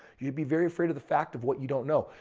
you'd be very afraid of the fact of what you don't know.